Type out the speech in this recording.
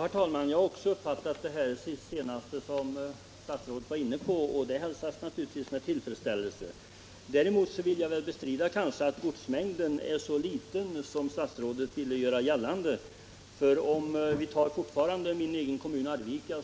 Herr talman! Jag har också uppfattat det senaste som statsrådet var inne på, och det hälsas naturligtvis med tillfredsställelse. Däremot måste jag nog bestrida att godsmängden är så liten som statsrådet ville göra gällande. Om vi fortfarande tar min egen kommun Arvika